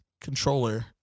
controller